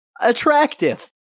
attractive